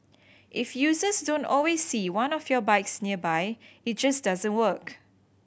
if users don't always see one of your bikes nearby it just doesn't work